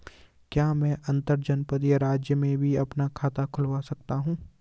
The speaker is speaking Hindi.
क्या मैं अंतर्जनपदीय राज्य में भी अपना खाता खुलवा सकता हूँ?